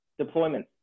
deployments